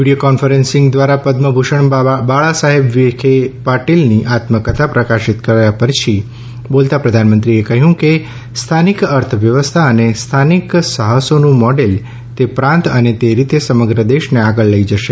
video conferencing દ્વારા પદ્મ ભૂષણ બાળાસાહેબ વિખે પાટિલની આત્મકથા પ્રકાશિત કર્યા પછી બોલતાં પ્રધાનમંત્રીએ કહ્યું કે સ્થાનિક અર્થવ્યવસ્થા અને સ્થાનિક સાહસોનું મોડેલ તે પ્રાંત અને તે રીતે સમગ્ર દેશને આગળ લઈ જશે